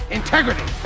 integrity